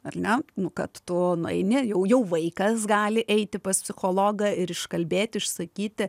ar ne nu kad tu nueini jau jau vaikas gali eiti pas psichologą ir iškalbėti išsakyti